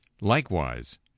likewise